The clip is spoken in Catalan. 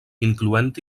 incloent